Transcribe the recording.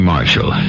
Marshall